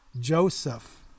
Joseph